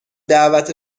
دعوت